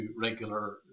regular